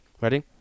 Ready